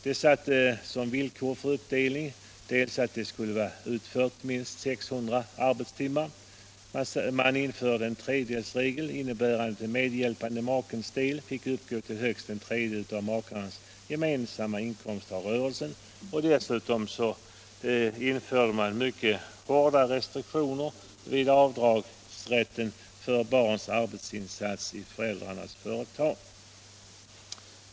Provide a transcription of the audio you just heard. Det sattes som villkor för uppdelning dels en lägsta insats på 600 arbetstimmar, dels införandet av en tredjedelsregel som innebar att den medhjälpande makens del fick uppgå till högst en tredjedel av makarnas gemensamma inkomst av rörelsen. Dessutom införde man mycket hårda restriktioner beträffande rätten till avdrag för barns arbetsinsats i föräldrarnas företag.